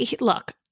look